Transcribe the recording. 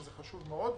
שזה חשוב מאוד,